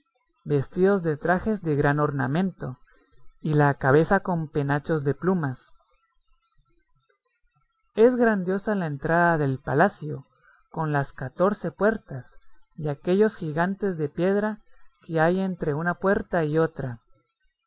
vestidos de trajes de gran ornamento y la cabeza con penachos de plumas es grandiosa la entrada del palacio con las catorce puertas y aquellos gigantes de piedra que hay entre una puerta y otra